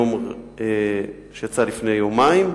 שיצא לפני יומיים,